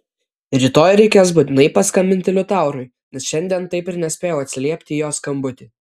rytoj reikės būtinai paskambinti liutaurui nes šiandien taip ir nespėjau atsiliepti į jo skambutį